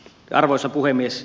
arvoisa puhemies